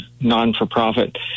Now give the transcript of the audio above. non-for-profit